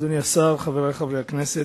אדוני השר, רבותי חברי הכנסת,